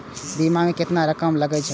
बीमा में केतना रकम लगे छै?